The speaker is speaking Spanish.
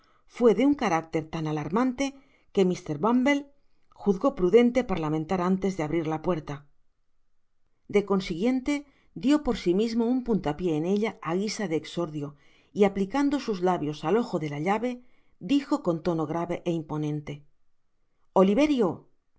fué de un carácter tan alarmante que mr bumble juzgó prudente parlamentar antes de abrir la puerta de consiguiente dio por si mismo un puntapié en ella á guisa de exordio y aplicando sus labios al ojo de la llave dijo con tono grave é imponente oliverio que